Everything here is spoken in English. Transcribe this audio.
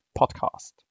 podcast